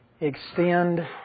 extend